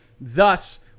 Thus